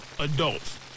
adults